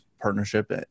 partnership